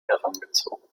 herangezogen